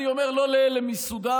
אני אומר לא לאלה מסודאן,